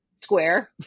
square